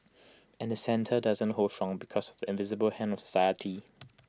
and the centre doesn't hold strong because of the invisible hand of society